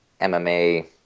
MMA